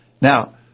Now